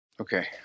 Okay